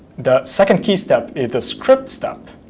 the second key step is the script step,